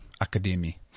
academy